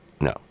No